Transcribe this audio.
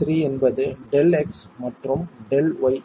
3 என்பது Δx மற்றும் Δy